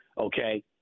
Okay